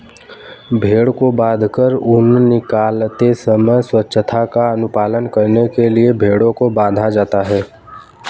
भेंड़ को बाँधकर ऊन निकालते समय स्वच्छता का अनुपालन करने के लिए भेंड़ों को बाँधा जाता है